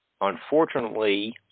Unfortunately